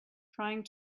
trying